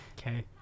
Okay